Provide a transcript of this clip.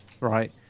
right